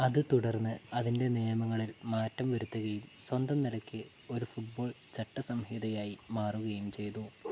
അത് തുടര്ന്ന് അതിൻ്റെ നിയമങ്ങളിൽ മാറ്റം വരുത്തുകയും സ്വന്തം നിലയ്ക്ക് ഒരു ഫുട്ബോൾ ചട്ടസംഹിതയായി മാറുകയും ചെയ്തു